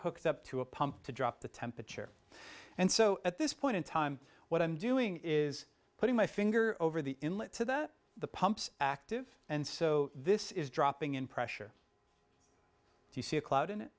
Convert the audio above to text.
hooked up to a pump to drop the temperature and so at this point in time what i'm doing is putting my finger over the inlet to there the pumps active and so this is dropping in pressure do you see a cloud in